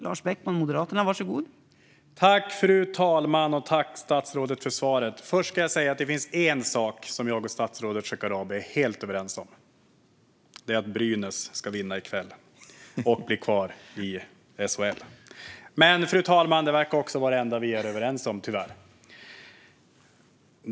Fru talman! Jag tackar statsrådet för svaret. Det finns en sak som jag och statsrådet Shekarabi är helt överens om. Det är att Brynäs ska vinna i kväll och bli kvar i SHL. Men, fru talman, det verkar tyvärr också vara det enda vi är överens om.